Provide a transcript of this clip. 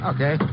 Okay